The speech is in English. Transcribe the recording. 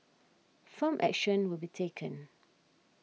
firm action will be taken